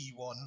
t1